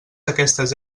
aquestes